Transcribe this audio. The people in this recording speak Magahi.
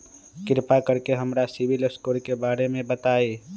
कृपा कर के हमरा सिबिल स्कोर के बारे में बताई?